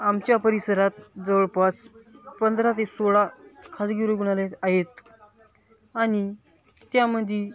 आमच्या परिसरात जवळपास पंधरा ते सोळा खाजगी रुग्णालय आहेत आणि त्यामध्ये